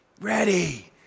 Ready